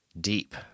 Deep